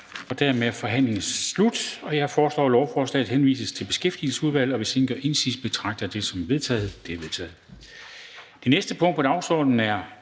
og dermed er forhandlingen sluttet. Jeg foreslår, at lovforslaget henvises til Beskæftigelsesudvalget. Hvis ingen gør indsigelse, betragter jeg dette som vedtaget. Det er vedtaget. --- Det næste punkt på dagsordenen er: